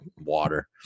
water